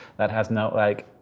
that has no. like,